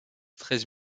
treize